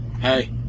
Hey